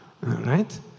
right